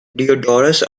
diodorus